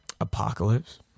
Apocalypse